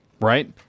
right